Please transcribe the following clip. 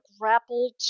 grappled